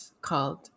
called